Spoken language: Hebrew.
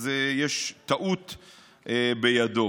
יש טעות בידו.